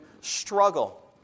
struggle